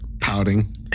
pouting